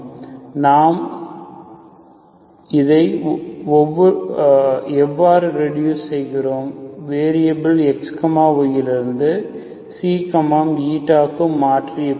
இதை நாம் எவ்வரு ரெடுஸ் செய்வது வேரியபிலை x y இருந்து மற்றும் க்கு மாற்றிய பின்